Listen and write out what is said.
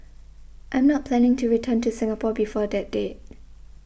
I'm not planning to return to Singapore before that date